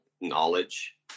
knowledge